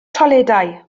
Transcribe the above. toiledau